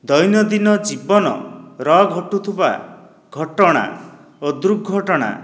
ଦୈନନ୍ଦିନ ଜୀବନର ଘଟୁଥୁବା ଘଟଣା ଓ ଦୁର୍ଘଟଣା